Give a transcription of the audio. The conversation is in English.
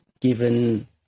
given